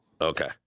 Okay